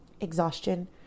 exhaustion